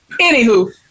Anywho